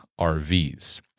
RVs